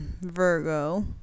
Virgo